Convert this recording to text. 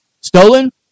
stolen